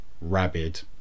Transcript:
Rabid